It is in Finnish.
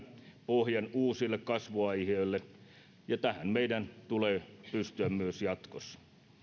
pohjan uusille kasvuaihioille ja tähän meidän tulee pystyä myös jatkossa